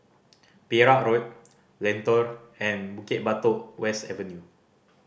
Perak Road Lentor and Bukit Batok West Avenue